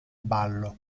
ballo